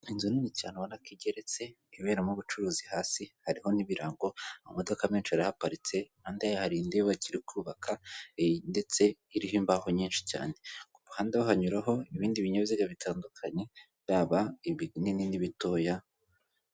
Inzu nini cyane ubona ko igeretse, iberamo ubucuruzi hasi, hariho n'ibirango, amamodoka menshi arahaparitse, impande yaho hari indi bakiri kubaka ndetse iriho imbaho nyinshi cyane, ku muhanda ho hanyuraho ibindi binyabiziga bitandukanye, byaba ibinini n'ibitoya.